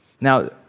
Now